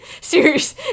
serious